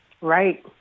Right